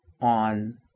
on